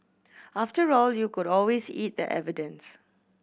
after all you could always eat the evidence